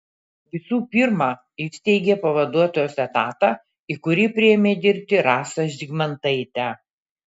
visų pirma įsteigė pavaduotojos etatą į kurį priėmė dirbti rasą zygmantaitę